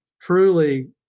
truly